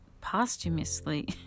posthumously